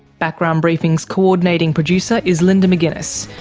background briefing's co-ordinating producer is linda mcginness,